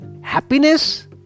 happiness